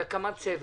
החלטה על הקמת צוות.